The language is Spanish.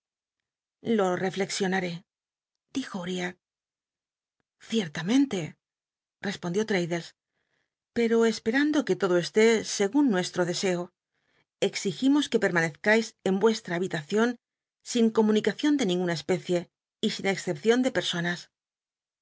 lo reflexionaré dijo uriah ciertamente rcspond ió traddlcs pero esperando que todo esté segun nuestro deseo exigimos que permanezcais en vueslla habitacion sin comunicacion de ninguna especie y sin excepcion de